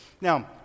Now